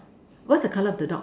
what's the color of the dog